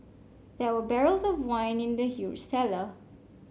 there were barrels of wine in the huge cellar